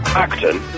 Acton